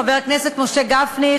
חבר הכנסת משה גפני,